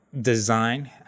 design